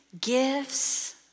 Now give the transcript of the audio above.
gifts